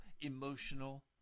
emotional